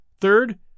Third